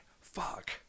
fuck